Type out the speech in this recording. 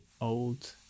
old